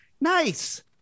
Nice